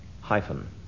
Hyphen